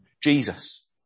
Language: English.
Jesus